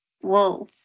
Whoa